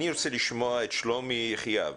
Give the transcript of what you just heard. אני רוצה לשמוע את שלומי יחיאב,